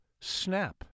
Snap